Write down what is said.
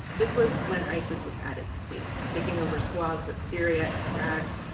this was when isis was at its peak, taking over swathes of syria and iraq.